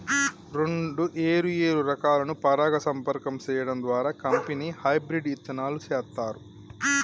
రెండు ఏరు ఏరు రకాలను పరాగ సంపర్కం సేయడం ద్వారా కంపెనీ హెబ్రిడ్ ఇత్తనాలు సేత్తారు